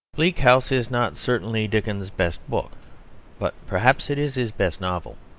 bleak house is not certainly dickens's best book but perhaps it is his best novel.